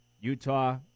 Utah